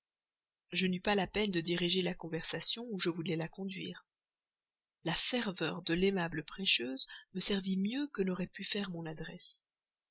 je n'eus pas la peine de diriger la conversation où je voulais la conduire la ferveur de l'aimable prêcheuse me servit mieux que n'aurait pu faire mon adresse